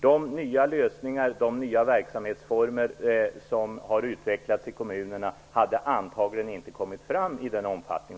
De nya verksamhetsformer som har utvecklats i kommunerna hade antagligen inte kommit fram i nuvarande omfattning.